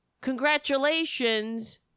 Congratulations